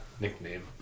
nickname